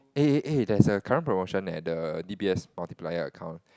eh eh there's a current promotion at the D_B_S multiplier account